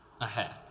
ahead